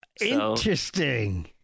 Interesting